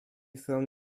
thrown